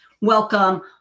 Welcome